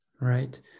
right